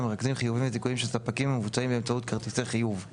המרכזים חיובים וזיכויים של ספקים המבוצעים באמצעות כרטיסי חיוב;